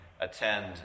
attend